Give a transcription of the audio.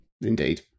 Indeed